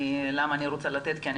אני רוצה לתת לו את זכות הדיבור כי אני